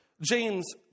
James